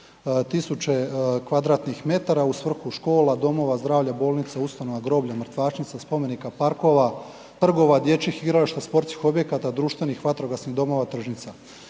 tisuće kvadratnih metara u svrhu škola, domova zdravlja, ustanova, groblja, mrtvačnica, spomenika, parkova, trgova, dječjih igrališta, sportskih objekata, društvenih vatrogasnih domova, tržnica.